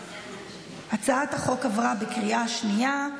הצעת החוק עברה בקריאה השנייה.